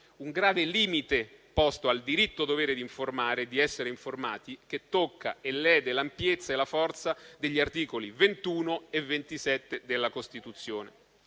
un grave limite posto al diritto-dovere di informare e di essere informati, che tocca e lede l'ampiezza e la forza degli articoli 21 e 27 della Costituzione.